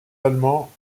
allemands